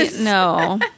No